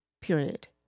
period